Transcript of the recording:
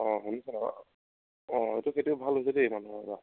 অঁ ভাল হৈছে দেই মানুহৰ